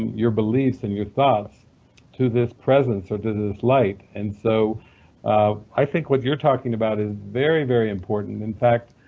your beliefs and your thoughts to this presence, or this light. and so um i think what you're talking about is very, very important. in fact,